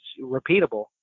repeatable